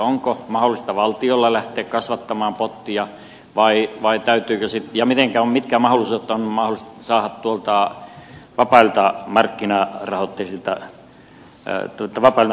onko valtion mahdollista lähteä kasvattamaan pottia vai vai täytyykö sen ja miten ja mitkä mahdollisuudet on tuolta vapailta markkinoilta saada tätä rahoitusta näihin investointeihin